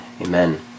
Amen